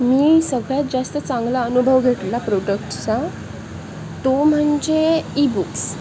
मी सगळ्यात जास्त चांगला अनुभव घेतला प्रोडक्टसचा तो म्हणजे इ बुक्स